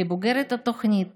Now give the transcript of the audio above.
כבוגרת התוכנית